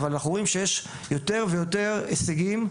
אבל אנחנו רואים שיש יותר ויותר הישגים,